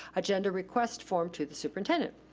agenda request form to the superintendent.